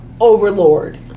overlord